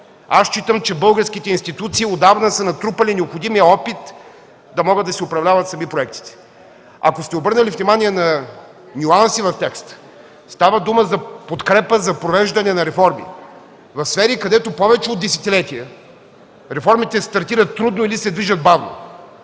Считам, че българските институции отдавна са натрупали необходимия опит, да могат да управляват сами проектите си. Ако сте обърнали внимание на нюанса в текста, става дума за подкрепа за провеждане на реформи в сфери, където повече от десетилетия реформите стартират трудно или се движат бавно.